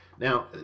Now